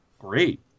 Great